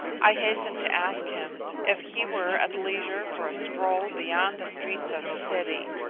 i hastened to ask him if he were at leisure for a stroll beyond the streets of the city.